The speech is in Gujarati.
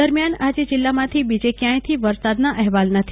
દરમ્યાન આજે જિલ્લામાંથી બીજે કયાંયથી વરસાદના અહેવાલ નથી